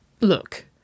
Look